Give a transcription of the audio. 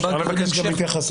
ייקבע